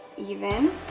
even.